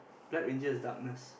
black ranger is darkness